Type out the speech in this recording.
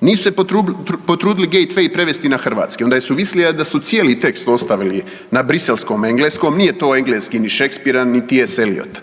Nisu se potvrdili Gejtvej prevesti na hrvatski, onda je suvislija da su cijeli tekst ostavili na briselskom engleskom, nije to engleski ni Šekspira niti S. Eliota